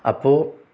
അപ്പോൾ